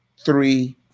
three